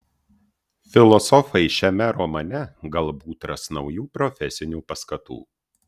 filosofai šiame romane galbūt ras naujų profesinių paskatų